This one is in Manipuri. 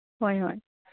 ꯍꯣꯏ ꯍꯣꯏ